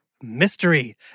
Mystery